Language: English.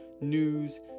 news